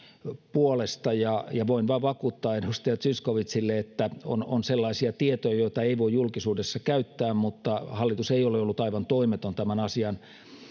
puolesta voin vain vakuuttaa edustaja zyskowiczille että on on sellaisia tietoja joita ei voi julkisuudessa käyttää mutta hallitus ei ole ollut aivan toimeton tämän asian